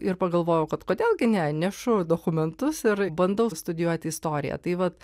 ir pagalvojau kad kodėl gi ne nešu dokumentus ir bandau studijuoti istoriją tai vat